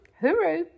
hooroo